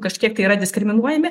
kažkiek tai yra diskriminuojami